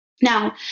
Now